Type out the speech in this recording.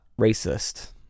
racist